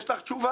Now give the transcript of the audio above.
יש לך תשובה?